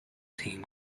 team